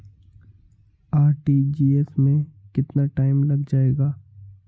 RTGS में कितना time लग जाएगा?